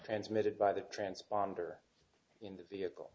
transmitted by the transponder in the vehicle